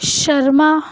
Sharma